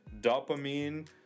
dopamine